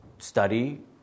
Study